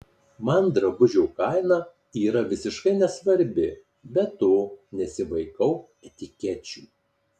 man drabužio kaina yra visiškai nesvarbi be to nesivaikau etikečių